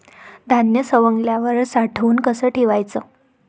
धान्य सवंगल्यावर साठवून कस ठेवाच?